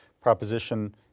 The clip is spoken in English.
proposition